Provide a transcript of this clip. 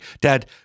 dad